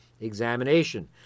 examination